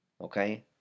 Okay